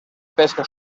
pesca